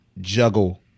juggle